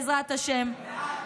בעזרת השם, בעד.